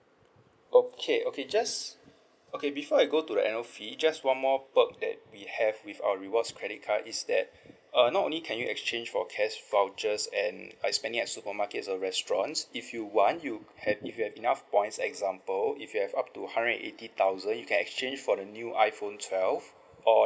okay okay just okay before I go to the annual fee just one more perk that we have with our rewards credit card is that uh not only can you exchange for cash vouchers and uh spend it at supermarkets or restaurants if you want you have if you have enough points example if you have up to hundred eighty thousand you can exchange for the new iphone twelve or